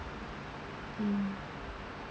mm